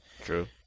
True